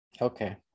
Okay